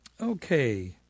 Okay